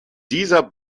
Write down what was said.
dieser